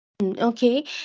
Okay